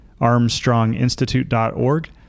Armstronginstitute.org